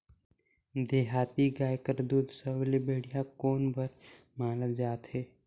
देहाती गाय कर दूध सबले बढ़िया कौन बर मानल जाथे?